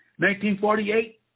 1948